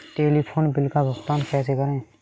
Telephone bill का भुगतान कैसे करें?